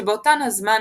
שבאותן הזמן